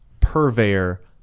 purveyor